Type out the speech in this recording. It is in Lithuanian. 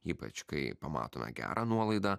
ypač kai pamatome gerą nuolaidą